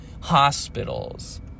hospitals